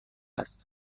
است